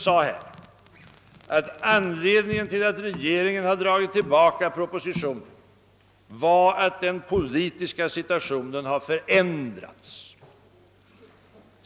Han sade, att anledningen till att regeringen dragit tillbaka propositionen var att den politiska situationen har förändrats.